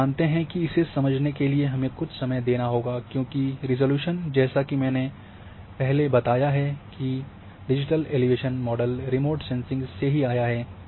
आप जानते हैं कि इसे समझने के लिए हमें कुछ समय देना होगा क्योंकि रिज़ॉल्यूशन जैसा कि मैंने पहले बताया है कि digital elevation model remote sensing से ही आया है